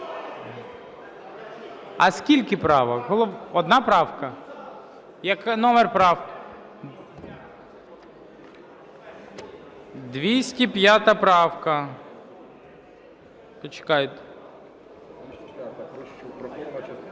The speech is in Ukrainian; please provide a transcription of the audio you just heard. А скільки правок? Одна правка? Номер правки? 205 правка. Почекайте.